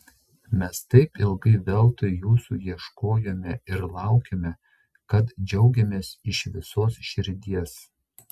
mes taip ilgai veltui jūsų ieškojome ir laukėme kad džiaugiamės iš visos širdies